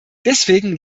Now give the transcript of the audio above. deswegen